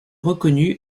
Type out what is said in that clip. reconnu